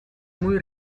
muy